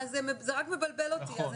לא, זה רק מבלבל אותי.